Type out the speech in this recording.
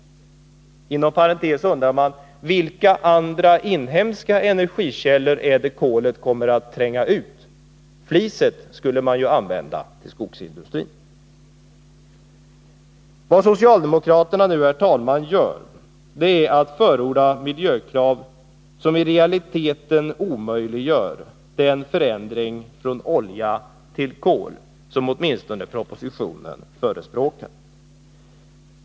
Inom parentes undrar man: Vilka andra inhemska energikällor är det som kolet kommer att tränga undan? Flisen skulle man ju använda i skogsindustrin. Vad socialdemokraterna nu gör är att förorda miljökrav, som i realiteten omöjliggör den förändring från olja till kol som åtminstone propositionen förespråkar.